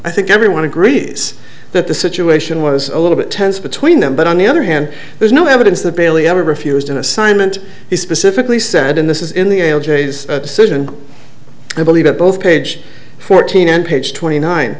i think everyone agrees that the situation was a little bit tense between them but on the other hand there's no evidence that bailey ever refused an assignment he specifically said in this is in the old days decision i believe it both page fourteen and page twenty nine